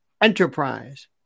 enterprise